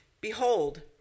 Behold